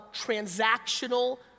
transactional